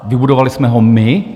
Vybudovali jsme ho my?